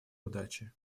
удачи